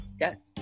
Yes